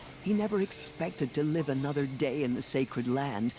he never expected to live another day in the sacred land.